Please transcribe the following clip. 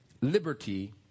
liberty